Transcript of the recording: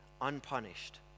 unpunished